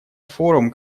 форум